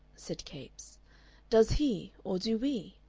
said capes does he, or do we?